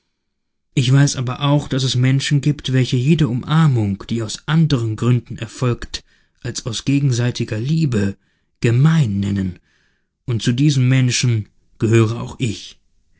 ich weiß aber auch daß es menschen gibt welche jede umarmung die aus anderen gründen erfolgt als aus gegenseitiger liebe gemein nennen und zu diesen menschen gehöre auch ich